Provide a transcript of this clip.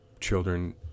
children